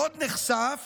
עוד נחשף